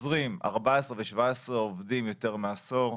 החוזרים 14 ו-17 עובדים יותר מעשור.